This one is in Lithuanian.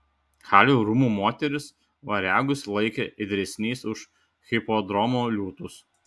halio rūmų moterys variagus laikė ėdresniais už hipodromo liūtus